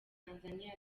tanzania